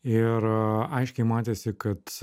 ir aiškiai matėsi kad